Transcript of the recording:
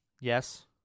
Yes